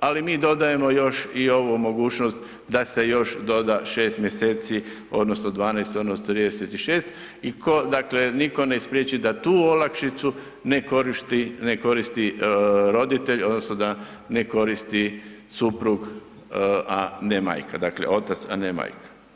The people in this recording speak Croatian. ali mi dodajemo još i ovu mogućnost da se još doda 6 mj. odnosno 12. odnosno 36 i dakle nitko ne spriječi da tu olakšicu ne koristi roditelj odnosno da ne koristi suprug a ne majka, dakle otac a ne majka.